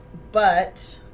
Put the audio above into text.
but